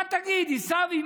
מה תגיד, עיסאווי?